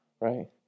right